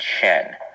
Chen